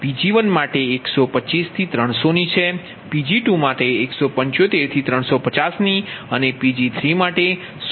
તેથી તે 125 ≤ Pg1 ≤ 300 175 ≤ Pg2 ≤ 350 અને 100 ≤ Pg3 ≤ 300 છે